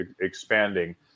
expanding